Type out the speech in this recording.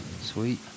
Sweet